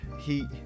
he-